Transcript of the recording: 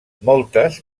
moltes